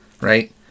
right